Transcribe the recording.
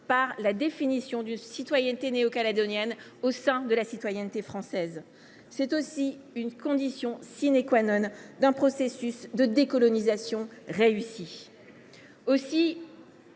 sur la définition d’une citoyenneté néo calédonienne au sein de la citoyenneté française. C’est aussi une condition d’un processus de décolonisation réussi. On